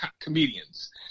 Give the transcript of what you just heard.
comedians